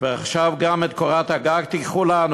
ועכשיו גם את קורת הגג תיקחו לנו?